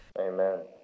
Amen